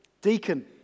deacon